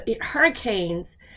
hurricanes